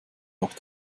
auch